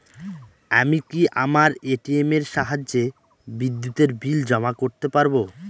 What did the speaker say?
আমি কি আমার এ.টি.এম এর সাহায্যে বিদ্যুতের বিল জমা করতে পারব?